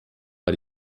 war